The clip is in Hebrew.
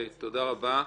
תודה רבה.